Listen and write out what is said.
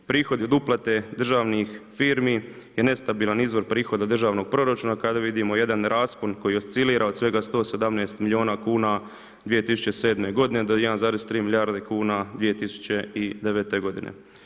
Prihodi od uplate državnih firmi je nestabilan izvor prihoda državnog proračuna kada vidimo jedan raspon koji oscilira od svega 117 miliona kuna 2007. godine do 1,3 milijarde kuna 2009. godine.